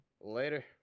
Later